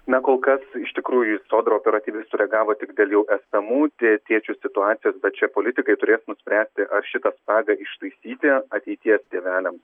na kol kas iš tikrųjų sodra operatyviai sureagavo tik dėl jau esamų tė tėčių situacijos bet čia politikai turė nuspręsti ar šitą spragą ištaisyti ateities tėveliam